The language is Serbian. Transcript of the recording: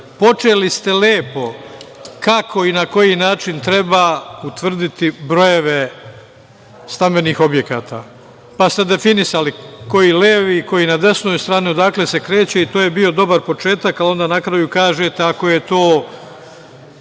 Počeli ste lepo, kako i na koji način treba utvrditi brojeve stambenih objekata, pa ste definisali koji je levi, koji je na desnoj strani, odakle se kreće i to je bio dobar početak, a onda na kraju kažete - ako je to